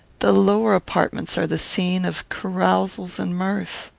the lower apartments are the scene of carousals and mirth.